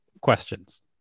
questions